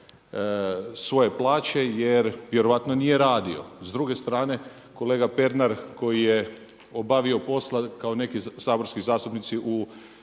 svoje plaće jer vjerojatno nije radio. S druge strane, kolega Pernar koji je obavio posla kao neki saborski zastupnici u